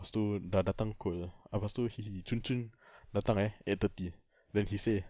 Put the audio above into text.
lepas tu dah datang pukul lepas tu he he cun cun datang eh eight thirty then he say